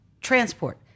transport